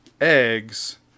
eggs